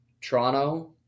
Toronto